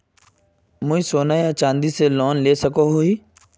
मुई सोना या चाँदी से लोन लुबा सकोहो ही?